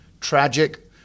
tragic